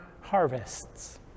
harvests